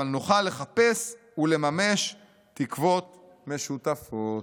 אבל נוכל לחפש ולממש תקוות משותפות."